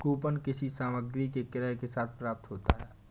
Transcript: coupon किसी सामग्री के क्रय के साथ प्राप्त होता है